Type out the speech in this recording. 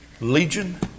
Legion